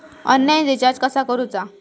Online recharge कसा करूचा?